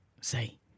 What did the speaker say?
Say